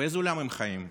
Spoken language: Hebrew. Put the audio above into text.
באיזה עולם הם חיים?